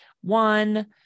one